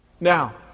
Now